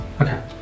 Okay